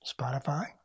Spotify